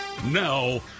Now